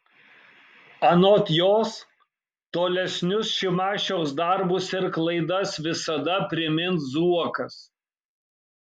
anot jos tolesnius šimašiaus darbus ir klaidas visada primins zuokas